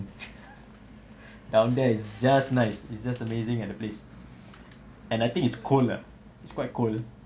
down there is just nice it's just amazing at the place and I think it's cold lah it's quite cold